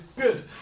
Good